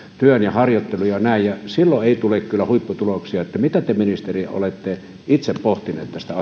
työ ja harjoittelu ja näin niin silloin ei tule kyllä huipputuloksia mitä te ministeri olette itse pohtinut tästä